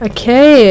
Okay